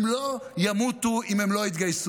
הם לא ימותו אם הם לא יתגייסו,